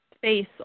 face